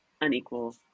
unequal